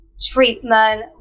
treatment